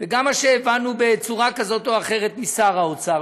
וגם מה שהבנו בצורה כזאת או אחרת משר האוצר,